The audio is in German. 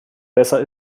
besser